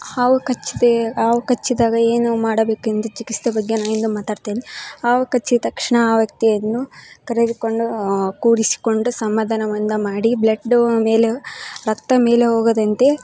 ಹಾವು ಕಚ್ಚಿದೆ ಹಾವು ಕಚ್ಚಿದಾಗ ಏನು ಮಾಡಬೇಕೆಂದು ಚಿಕಿತ್ಸೆ ಬಗ್ಗೆ ನಾನೀಗ ಮಾತಾಡ್ತೇನೆ ಹಾವು ಕಚ್ಚಿದ ತಕ್ಷಣ ಆ ವ್ಯಕ್ತಿಯನ್ನು ಕರೆದುಕೊಂಡು ಕೂರಿಸಿಕೊಂಡು ಸಮಾಧಾನವನ್ನ ಮಾಡಿ ಬ್ಲೆಡ್ಡು ಮೇಲೆ ರಕ್ತ ಮೇಲೆ ಹೋಗದಂತೆ